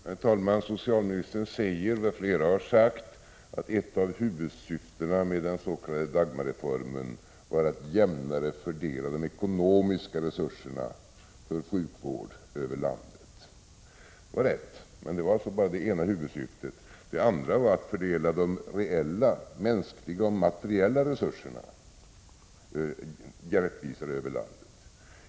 Herr talman! Socialministern säger vad flera har sagt, att ett av huvudsyftena med den s.k. Dagmarreformen var att jämnare fördela de ekonomiska resurserna för sjukvård över landet. Det var rätt — men det var också bara det ena huvudsyftet. Det andra var att fördela de reella — mänskliga och materiella — resurserna rättvisare över landet.